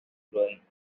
growing